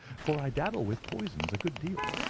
for i dabble with poisons a good deal.